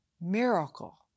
miracle